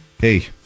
Hey